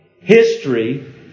history